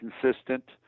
consistent